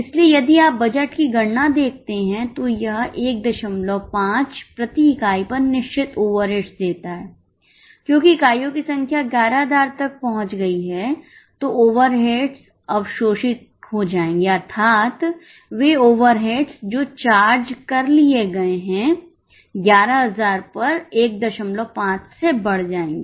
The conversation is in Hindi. इसलिए यदि आप बजट की गणना देखते हैं तो यह 15 प्रति इकाई पर निश्चित ओवरहेड्स देता है क्योंकि इकाइयों की संख्या 11000 तक पहुंच गई है तो ओवरहेड्स अवशोषित हो जाएंगे अर्थात वे ओवरहेड्स जो चार्ज कर लिए गए हैं11000 पर 15 से बढ़ जाएंगे